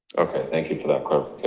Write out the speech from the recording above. okay, thank you for that